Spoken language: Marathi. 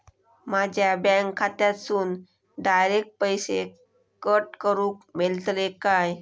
माझ्या बँक खात्यासून डायरेक्ट पैसे कट करूक मेलतले काय?